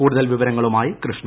കൂടുതൽ വിവരങ്ങളുമായി കൃഷ്ണ